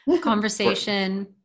Conversation